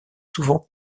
souvent